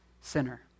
sinner